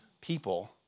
people